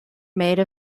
made